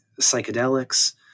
psychedelics